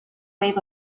wave